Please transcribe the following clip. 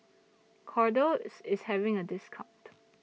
Kordel's IS having A discount